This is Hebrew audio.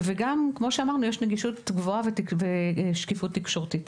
וכמו שאמרנו, יש נגישות גבוהה ושקיפות תקשורתית.